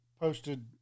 posted